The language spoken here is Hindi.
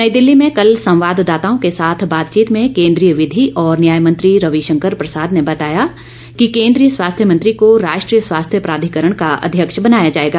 नई दिल्ली में कल संवाददाताओं के साथ बातचीत में केंन्द्रीय विधि और न्याय मंत्री रविशंकर प्रसाद ने बताया कि केंद्रीय स्वास्थ्य मंत्री को राष्ट्रीय स्वास्थ्य प्राधिकरण का अध्यक्ष बनाया जाएगा